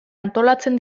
antolatzen